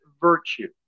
virtue